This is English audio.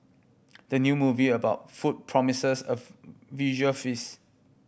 the new movie about food promises a visual feast